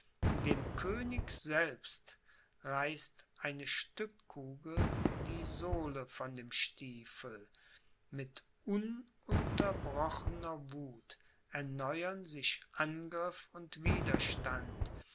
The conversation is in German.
dem könig selbst reißt eine stückkugel die sohle von dem stiefel mit ununterbrochener wuth erneuern sich angriff und widerstand